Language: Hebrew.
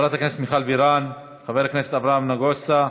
חברת הכנסת מיכל בירן, חבר הכנסת אברהם נגוסה.